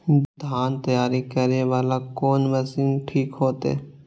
धान तैयारी करे वाला कोन मशीन ठीक होते?